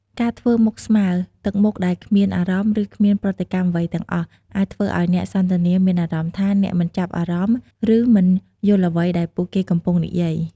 ការធ្វើមុខស្មើ ទឹកមុខដែលគ្មានអារម្មណ៍ ឬគ្មានប្រតិកម្មអ្វីទាំងអស់ អាចធ្វើឲ្យអ្នកសន្ទនាមានអារម្មណ៍ថាអ្នកមិនចាប់អារម្មណ៍ ឬមិនយល់អ្វីដែលពួកគេកំពុងនិយាយ។